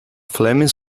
flaming